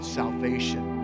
salvation